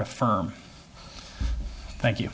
affirm thank you